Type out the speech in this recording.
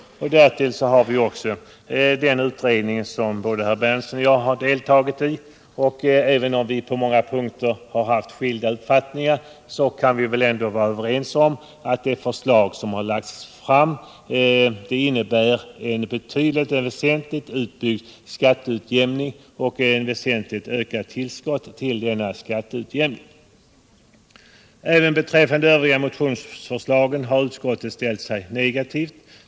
Dessutom kan väl herr Berndtson och jag, trots olika uppfattning på många punkter, vara överens om ait den utredning som vi båda deltagit i lagt fram ett förslag som innebär en väsentlig utbyggnad av skatteutjämningssystemet. Även beträffande de andra motionsförslagen har utskottet ställt sig negativt.